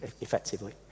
effectively